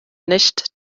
nicht